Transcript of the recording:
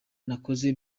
nakoze